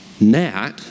Nat